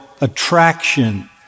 attraction